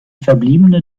verbliebene